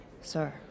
Sir